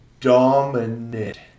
dominant